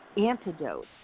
antidote